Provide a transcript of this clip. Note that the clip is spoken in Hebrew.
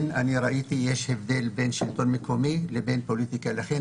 אני גורס שיש הבדל בין שלטון מקומי לבין פוליטיקה ולכן